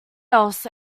else